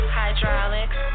hydraulics